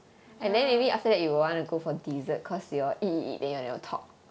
ya